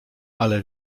ale